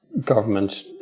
government